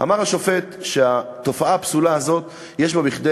אמר השופט שהתופעה הפסולה הזאת יש בה כדי